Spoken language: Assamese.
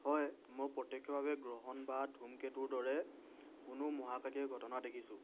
হয় মই প্ৰত্যেক্ষভাৱে গ্ৰহণ বা ধুমকেতুৰ দৰে কোনো মহাকাশীয় ঘটনা দেখিছোঁ